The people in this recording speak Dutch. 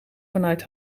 vanuit